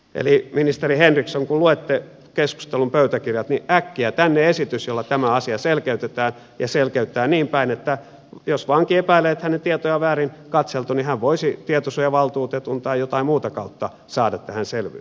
eli ministeri henriksson kun luette keskustelun pöytäkirjat niin äkkiä tänne esitys jolla tämä asia selkeytetään ja selkeytetään niinpäin että jos vanki epäilee että hänen tietojaan on väärin katseltu niin hän voisi tietosuojavaltuutetun kautta tai jotain muuta kautta saada tähän selvyyttä